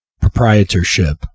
proprietorship